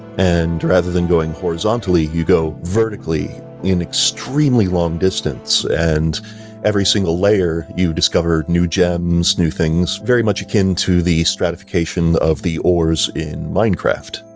and rather than going horizontally, you go vertically in extremely long distance, and every single layer you discover new gems new things, very much akin to the stratification of the ores in minecraft.